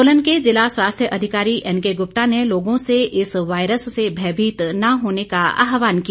सोलन के जिला स्वास्थ्य अधिकारी एन के गुप्ता ने लोगों से इस वायरस से भयभीत न होने का आहवान किया